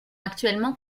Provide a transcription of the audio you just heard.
actuellement